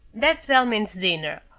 that bell means dinner,